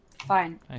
Fine